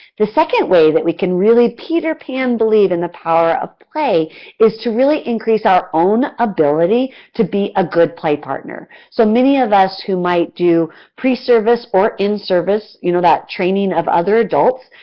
the second way that we can really peter pan believe in the power of play is to really increase our own ability to be a good play partner. so, many of us who might do pre-service or in-service you know training of other adults.